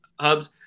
Hubs